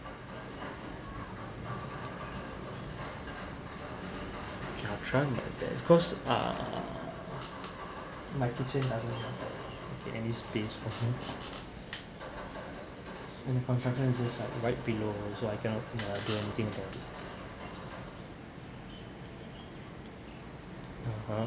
I try my best cause uh my kitchen doesn't have any space for me and the construction is just right below also I cannot do anything about it (uh huh)